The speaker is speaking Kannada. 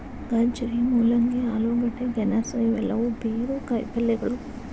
ಗಜ್ಜರಿ, ಮೂಲಂಗಿ, ಆಲೂಗಡ್ಡೆ, ಗೆಣಸು ಇವೆಲ್ಲವೂ ಬೇರು ಕಾಯಿಪಲ್ಯಗಳು